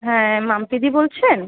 হ্যাঁ মাম্পিদি বলছেন